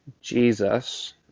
Jesus